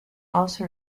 also